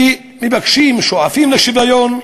ומבקשים, שואפים לשוויון,